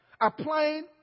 Applying